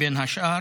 בין השאר.